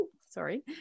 sorry